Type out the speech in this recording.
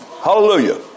Hallelujah